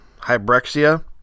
Hybrexia